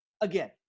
Again